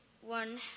one